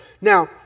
Now